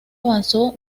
avanzó